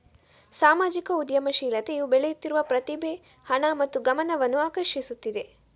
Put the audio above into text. ಸಾಮಾಜಿಕ ಉದ್ಯಮಶೀಲತೆಯು ಬೆಳೆಯುತ್ತಿರುವ ಪ್ರತಿಭೆ, ಹಣ ಮತ್ತು ಗಮನವನ್ನು ಆಕರ್ಷಿಸುತ್ತಿದೆ